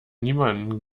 niemanden